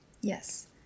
Yes